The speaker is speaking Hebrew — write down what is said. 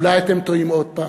אולי אתם טועים עוד פעם.